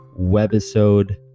webisode